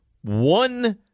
one